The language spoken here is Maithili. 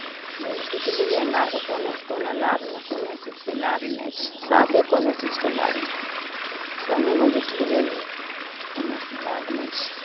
जुटलिए हमरा आओरके कोनोसे कोनो लाभ नहि कोनो चीजके लाभ नहि साफे कोनो चीजके लाभ नहि समूहमे जुटलिए यऽ कोनो चीज लाभ नहि छै